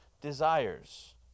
desires